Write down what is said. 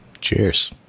Cheers